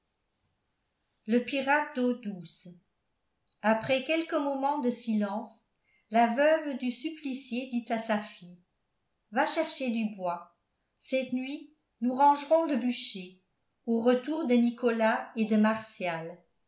le pirate d'eau douce après quelques moments de silence la veuve du supplicié dit à sa fille va chercher du bois cette nuit nous rangerons le bûcher au retour de nicolas et de martial